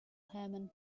herman